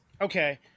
Okay